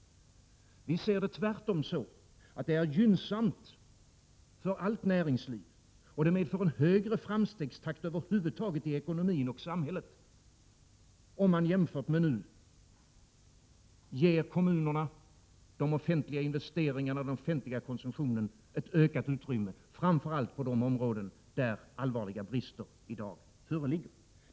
Vi ser det tvärtom så att det är gynnsamt för allt näringsliv och för högre framstegstakt över huvud taget i ekonomin och samhället, om man jämfört med nu ger kommunerna, de offentliga investeringarna och den offentliga konsumtionen ett ökat utrymme, framför allt på de områden där allvarliga brister i dag föreligger.